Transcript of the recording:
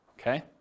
okay